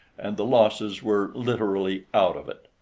and the losses were literally out of it.